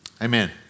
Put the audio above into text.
amen